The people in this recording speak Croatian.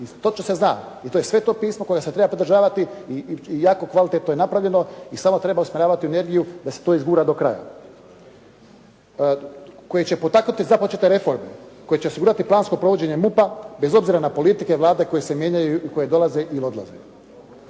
Točno se zna i to je Sveto pismo kojeg se treba pridržavati i jako kvalitetno je napravljeno i samo treba usmjeravati energiju da se to izgura do kraja. Koji će potaknuti započete reforme, koji će osigurati plansko provođenje MUP-a bez obzira na politike vlade koje se mijenjaju i koje dolaze i odlaze.